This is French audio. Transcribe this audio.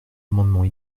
amendements